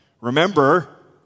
Remember